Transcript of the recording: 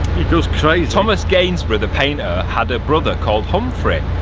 he goes crazy. thomas gainsborough, the painter had a brother called humphrey,